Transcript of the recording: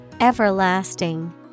Everlasting